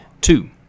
Two